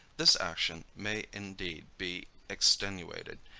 this action may indeed be extenuated,